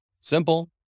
Simple